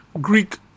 Greek